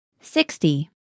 Sixty